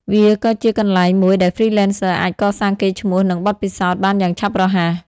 វាក៏ជាកន្លែងមួយដែល Freelancers អាចកសាងកេរ្តិ៍ឈ្មោះ និងបទពិសោធន៍បានយ៉ាងឆាប់រហ័ស។